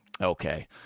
Okay